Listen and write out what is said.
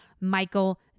Michael